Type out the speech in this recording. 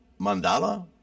mandala